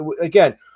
again